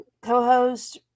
co-host